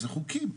זה חוקים,